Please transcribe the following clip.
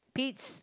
Pete's